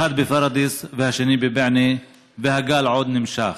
אחד בפוריידיס והשני בבענה, והגל עוד נמשך.